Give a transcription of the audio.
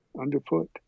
underfoot